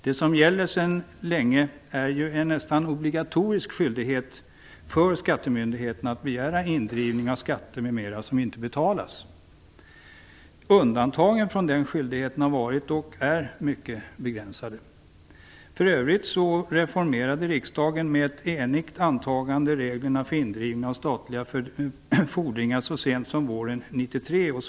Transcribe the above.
Det som gäller sedan länge är ju en nästan obligatorisk skyldighet för skattemyndigheterna att begära indrivning av skatter m.m. som inte betalas. Undantagen från den skyldigheten har varit och är mycket begränsade. För övrigt reformerade riksdagen, med ett enigt antagande, reglerna för indrivning av statliga fordringar så sent som våren 1993.